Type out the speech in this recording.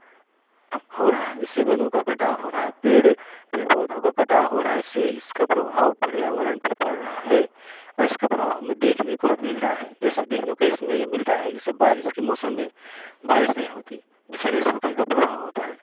हो रहा है ऐसे वनो का कटाव हो रहा है पेड़ पेड़ पौधों का कटाव हो रहा है इससे इसका प्रभाव पर्यावरण पर पड़ रहा है और इसका प्रभाव हमें देखने को भी मिल रहा है जैसे देखने के इसमें ये मिल रहा है जैसे बारिश के मौसम में बारिश नहीं होती जैसे में सुखे का प्रभाव होता है